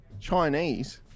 Chinese